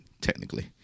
Technically